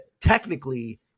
technically